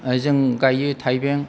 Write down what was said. जों गायो थायबें